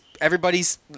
everybody's